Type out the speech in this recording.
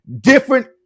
different